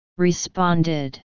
Responded